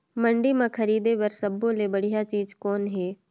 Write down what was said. मंडी म खरीदे बर सब्बो ले बढ़िया चीज़ कौन हे?